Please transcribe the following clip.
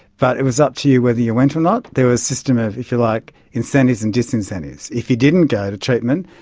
but it was up to you whether you went or not. there was a system of, if you like, incentives and disincentives. if you didn't go to treatment,